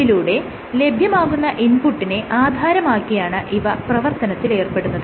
ഇതിലൂടെ ലഭ്യമാകുന്ന ഇൻപുട്ടിനെ ആധാരമാക്കിയാണ് ഇവ പ്രവർത്തനത്തിൽ ഏർപ്പെടുന്നത്